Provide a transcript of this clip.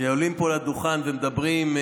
שעולים פה לדוכן ומדברים,